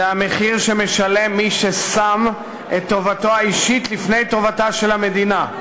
זה המחיר שמשלם מי ששם את טובתו האישית לפני טובתה של המדינה.